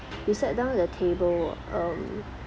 we sat down at the table um